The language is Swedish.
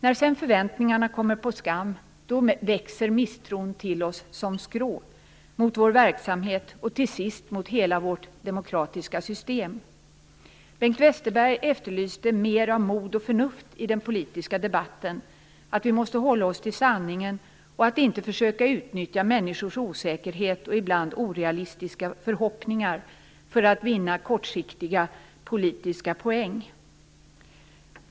När sedan förväntningarna kommer på skam växer misstron till oss som skrå, mot vår verksamhet och till sist mot hela vårt demokratiska system. Bengt Westerberg efterlyste mer mod och förnuft i den politiska debatten, att vi måste hålla oss till sanningen och inte försöka utnyttja människors osäkerhet och ibland orealistiska förhoppningar för att vinna kortsiktiga politiska poäng.